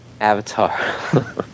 avatar